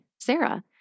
Sarah